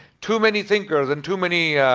too many thinkers and too many